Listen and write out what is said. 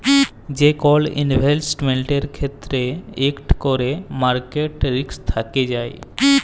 যে কল ইলভেসেটমেল্টের ক্ষেত্রে ইকট ক্যরে মার্কেট রিস্ক থ্যাকে যায়